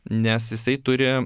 nes jisai turi